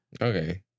Okay